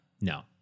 No